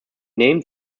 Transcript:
named